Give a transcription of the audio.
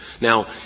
Now